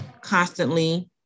constantly